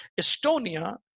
Estonia